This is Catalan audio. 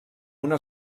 una